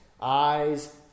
Eyes